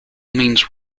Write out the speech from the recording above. means